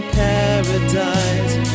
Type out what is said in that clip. paradise